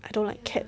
I don't like cat